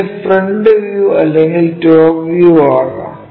ഇത് front view അല്ലെങ്കിൽ top വ്യൂവോ ആകാം